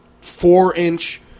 four-inch